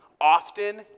often